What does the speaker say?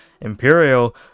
Imperial